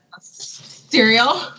cereal